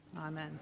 Amen